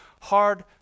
hard